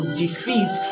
defeat